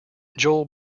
joel